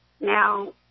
Now